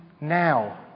now